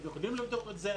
אתם יכולים לבדוק את זה,